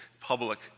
public